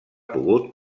pogut